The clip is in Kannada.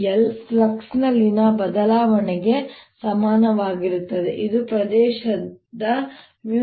l ಫ್ಲಕ್ಸ್ನಲ್ಲಿನ ಬದಲಾವಣೆಗೆ ಸಮಾನವಾಗಿರುತ್ತದೆ ಇದು ಪ್ರದೇಶದ 0dKdt